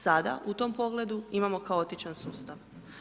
Sada u tom pogledu imamo kaotičan sustav.